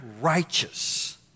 righteous